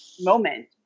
moment